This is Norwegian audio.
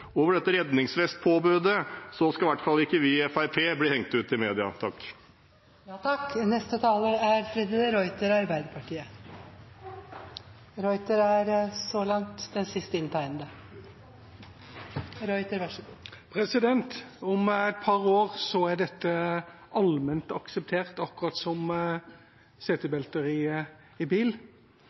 over dette redningsvestpåbudet, så skal i hvert fall ikke vi i Fremskrittspartiet bli hengt ut i media. Om et par år er dette allment akseptert, akkurat som setebelter i bil.